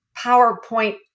PowerPoint